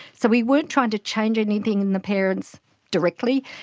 so we weren't trying to change anything in the parents directly.